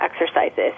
exercises